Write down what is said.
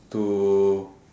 to